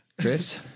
Chris